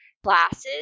Classes